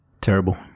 Terrible